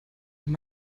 wenn